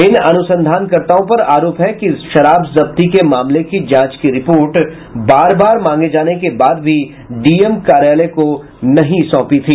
इन अनुसंधानकर्ताओं पर आरोप है कि शराब जब्ती के मामले की जांच की रिपोर्ट बार बार मांगने के बाद भी डीएम कार्यालय को नहीं सोंपी